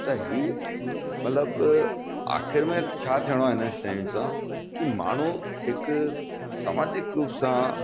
त ई मतिलबु आख़िरि में छा थियणो आहे हिननि शयुनि सां की माण्हू हिकु समाजिक रूप सां